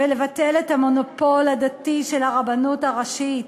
ולבטל את המונופול הדתי של הרבנות הראשית,